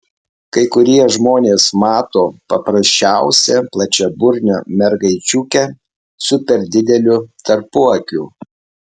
kai kurie žmonės mato paprasčiausią plačiaburnę mergaičiukę su per dideliu tarpuakiu